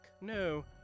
No